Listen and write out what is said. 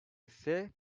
ise